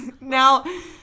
Now